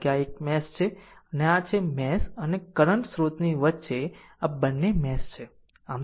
કારણ કે આ એક મેશ છે આ છે મેશ અને એક કરંટ સ્ત્રોતની વચ્ચે આ બંને મેશ છે